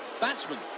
batsman